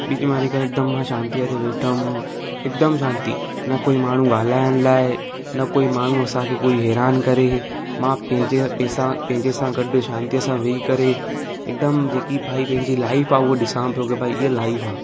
beach में वञी करे मां हिकदमि मां शांतीअ ते वेठुमि हिकदमि शांती न कोई माण्हू ॻाल्हाइण लाइ न कोई माण्हू असांखे कोई हैरान करे मां पंहिंजे पैसा पंहिंजे सां गॾु शांतीअ सां विही करे हिकदमि जेकी भई मुंहिंजी लाइफ आहे उहो ॾिसा पियो की भई इहा लाइफ आहे